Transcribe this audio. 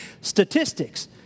statistics